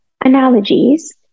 analogies